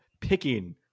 picking